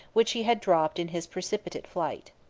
which he had dropped in his precipitate flight.